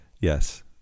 yes